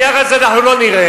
אבל את הנייר הזה אנחנו לא נראה.